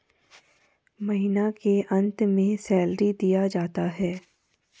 महीना के अंत में सैलरी दिया जाता है